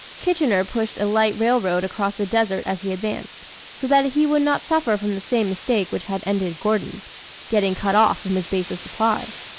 kitchener pushed a light railroad across the desert as he advanced, so that he would not suffer from the same mistake which had ended gordon getting cut off from his base of supplies.